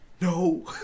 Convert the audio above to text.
No